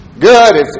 Good